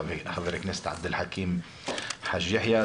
חבר הכנסת עבד אל חכם חאג' יחיא.